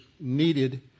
needed